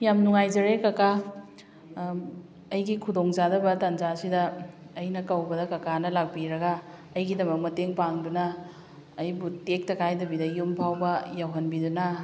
ꯌꯥꯝ ꯅꯨꯡꯉꯥꯏꯖꯔꯦ ꯀꯀꯥ ꯑꯩꯒꯤ ꯈꯨꯗꯣꯡ ꯆꯥꯗꯕ ꯇꯟꯖꯥꯁꯤꯗ ꯑꯩꯅ ꯀꯧꯕꯗ ꯀꯀꯥꯅ ꯂꯥꯛꯄꯤꯔꯒ ꯑꯩꯒꯤꯗꯃꯛ ꯃꯇꯦꯡ ꯄꯥꯡꯗꯨꯅ ꯑꯩꯕꯨ ꯇꯦꯛꯇ ꯀꯥꯏꯗꯕꯤꯗ ꯌꯨꯝ ꯐꯥꯎꯕ ꯌꯧꯍꯟꯕꯤꯗꯨꯅ